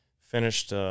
finished